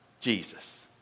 Jesus